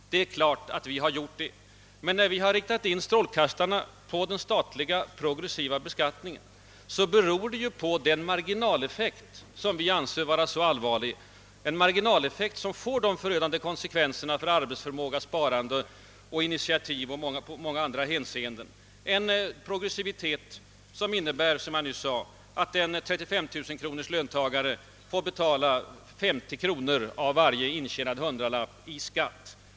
Givetvis har vi gjort det, men när vi riktat in strålkastarna på den statliga progressiva beskattningen beror det på dess marginaleffekt som vi anser särskilt allvarlig. Den får förödande konsekvenser för arbetsförmåga, sparande och initiativ och i många andra avseenden. Progressiviteten innebär som jag nyss sade att en löntagare med 35000 kronor i årsinkomst får betala 50 kronor av varje intjänad hundralapp i skatt.